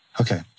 okay